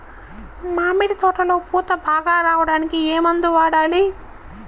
మామిడి తోటలో పూత బాగా రావడానికి ఏ మందు వాడాలి?